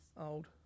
Old